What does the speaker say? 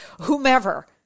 whomever